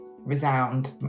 resound